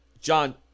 John